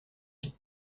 vie